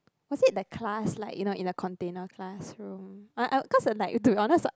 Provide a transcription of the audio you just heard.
was it the class like you know in a container classroom uh uh cause like to be honest